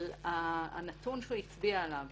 אבל הנתון שהוא הצביע עליו